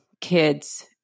kids